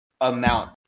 amount